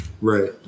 right